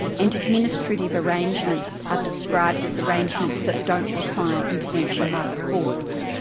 and administrative arrangements are described as arrangements that don't require intervention by the courts.